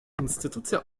instytucja